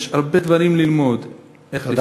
יש הרבה דברים ללמוד: איך לפתח,